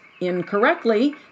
incorrectly